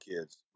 kids